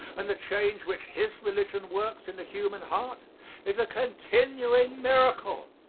and the change which his religion works in the human heart is a continuing miracle.